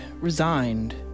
resigned